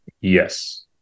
Yes